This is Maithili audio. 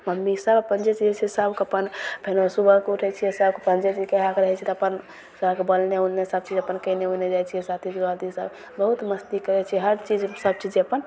मम्मी सभ अपन जे चीज होइ छै सबके अपन फेरो सुबहके उठै छिए सभके अपन जे चीज कहैके रहै छै तऽ अपन सभके बोलने उलने सबचीज अपन कएने उने जाइ छिए साथी सोराथी सब बहुत मस्ती करै छिए हर चीज सबचीज अपन